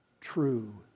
true